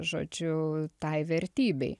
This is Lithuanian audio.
žodžiu tai vertybei